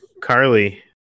Carly